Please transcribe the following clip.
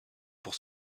pour